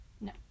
no